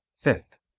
fifth